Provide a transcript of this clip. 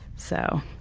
so,